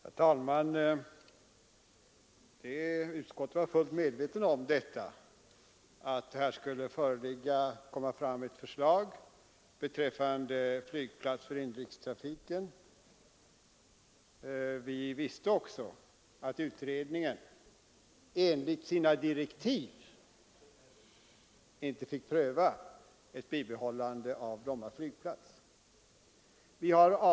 Herr talman! Utskottet var helt medvetet om att det skulle komma ett förslag beträffande flygplats för inrikestrafiken. Vi visste också att utredningen enligt sina direktiv inte fick pröva frågan om ett bibehållande av Bromma flygplats.